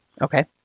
Okay